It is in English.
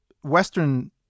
Western